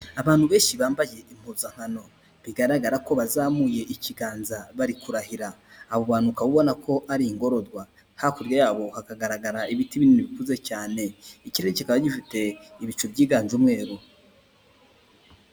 Abantu benshi bambaye impuzankano, bigaragara ko bazamuye ikiganza bari kurahira. Abo bantu ukaba ubona ko ari ingororwa, hakurya yabo hakagaragara ibiti binini bikuze cyane, ikirere kikaba gifite ibicu byiganje by'umweru.